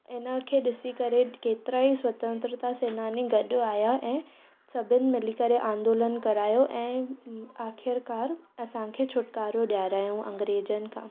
इनखे ॾिसी करे केतिराई स्वतंत्रता सैनानि गॾु आया ऐं सभिनि मिली करे आंदोलन करायो ऐं आख़िरकारि असांखे छुटिकारो ॾियारायाऊं अंग्रेज़नि खां